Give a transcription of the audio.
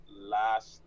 last